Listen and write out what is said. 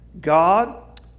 God